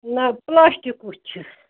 نہَ پُلاسٹِکوٗ چھِ